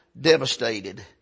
devastated